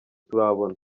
turabona